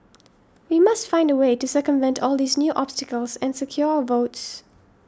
we must find a way to circumvent all these new obstacles and secure our votes